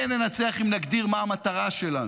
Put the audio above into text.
כן ננצח אם נגדיר מה המטרה שלנו,